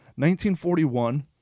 1941